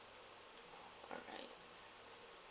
all right